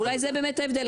אולי זה באמת ההבדל.